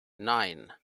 nine